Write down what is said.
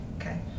Okay